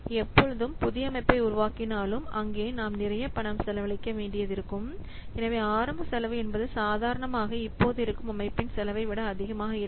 எப்பொழுது புதிய அமைப்பை உருவாக்கினாலும் அங்கே நாம் நிறைய பணம் செலவழிக்க வேண்டியது இருக்கும் ஆரம்ப செலவு என்பது சாதாரணமாக இப்போது இருக்கும் அமைப்பின் செலவைவிட அதிகமாக இருக்கும்